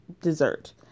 dessert